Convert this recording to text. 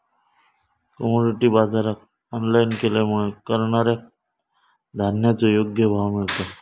commodity बाजराक online केल्यामुळे करणाऱ्याक धान्याचो योग्य भाव मिळता